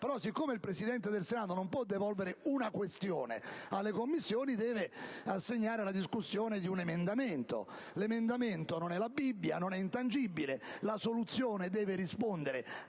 questione»; il Presidente del Senato non può devolvere una questione alle Commissioni, ma deve assegnare la discussione di un emendamento. L'emendamento, però, non è la Bibbia, non è intangibile. La soluzione deve rispondere